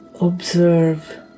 observe